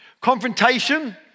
Confrontation